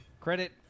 Credit